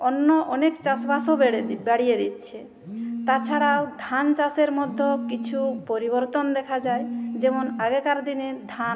অন্য অনেক চাষবাসও বেড়ে বাড়িয়ে দিচ্ছে তাছাড়াও ধান চাষের মধ্যেও কিছু পরিবর্তন দেখা যায় যেমন আগেকার দিনে ধান